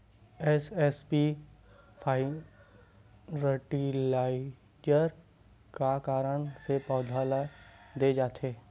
SSP fertiliser का कारण से पौधा ल दे जाथे?